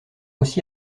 aussi